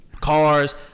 Cars